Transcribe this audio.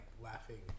laughing